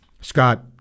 Scott